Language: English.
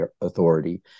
authority